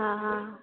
ହଁ ହଁ